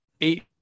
eight